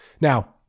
Now